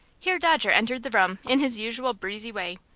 here dodger entered the room in his usual breezy way.